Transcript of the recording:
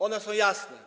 One są jasne.